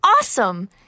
awesome